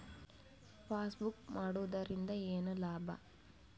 Passbook ಮಾಡುದರಿಂದ ಏನು ಲಾಭ?